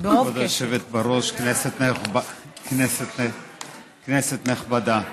גברתי היושבת-ראש, כנסת נכבדה,